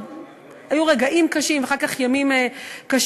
היו רגעים קשים ואחר כך ימים קשים.